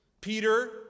Peter